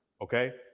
Okay